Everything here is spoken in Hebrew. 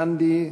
גנדי,